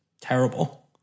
terrible